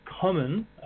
common